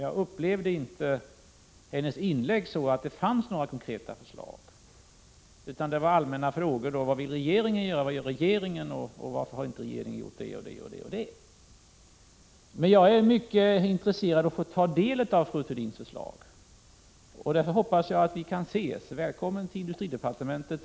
Jag upplevde emellertid inte Görel Thurdins inlägg så att det innehöll några konkreta förslag utan att det var allmänna frågor: vad vill regeringen göra, vad gör regeringen och varför har inte regeringen gjort det och det? Jag är mycket intresserad av att få ta del av fru Thurdins förslag. Därför hoppas jag att vi kan ses. Välkommen till industridepartementet!